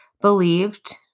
believed